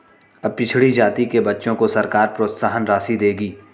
अब पिछड़ी जाति के बच्चों को सरकार प्रोत्साहन राशि देगी